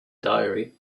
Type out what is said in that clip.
diary